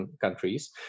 countries